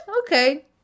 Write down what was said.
Okay